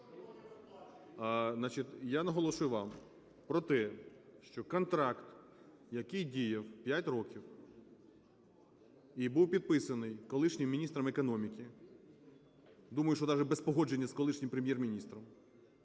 я наголошую вам про те, що контракт, який діяв 5 років і був підписаний колишнім міністром економіки, думаю, що даже без погодження з колишнім Прем’єр-міністром,